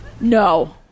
No